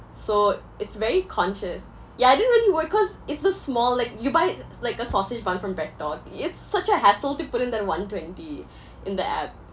so it's very conscious ya it didn't really work cause it's the small like you buy like a sausage bun from BreadTalk it's such a hassle to put in that one- twenty in the app